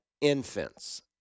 infants